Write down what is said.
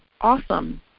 awesome